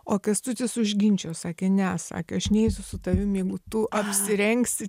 o kęstutis užginčijo sakė ne sakė aš neisiu su tavim jeigu tu apsirengsi